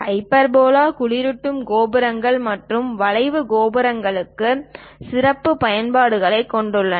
hyperbola குளிரூட்டும் கோபுரங்கள் மற்றும் வரைவு கோபுரங்களுக்கு சிறப்பு பயன்பாடுகளைக் கொண்டுள்ளது